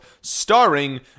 starring